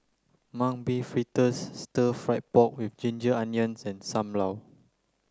mung bean fritters stir fry pork with ginger onions and Sam Lau